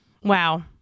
wow